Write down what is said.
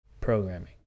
programming